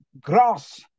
grass